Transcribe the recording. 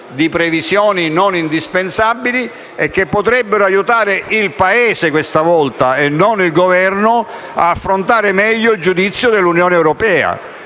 di previsioni non indispensabili, il che potrebbe aiutare - questa volta il Paese e non il Governo - ad affrontare meglio il giudizio dell'Unione europea.